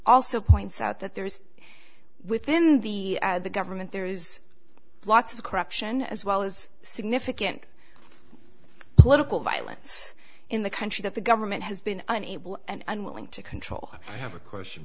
also points out that there is within the government there is lots of corruption as well as significant political violence in the country that the government has been unable and unwilling to control i have a question